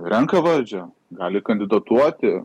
renka valdžią gali kandidatuoti